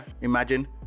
imagine